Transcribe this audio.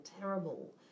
terrible